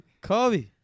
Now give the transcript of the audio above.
Kobe